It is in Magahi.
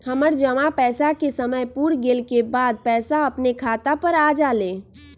हमर जमा पैसा के समय पुर गेल के बाद पैसा अपने खाता पर आ जाले?